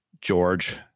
George